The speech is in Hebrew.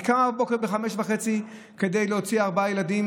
היא קמה בוקר ב-05:30 כדי להוציא ארבעה ילדים